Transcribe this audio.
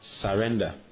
surrender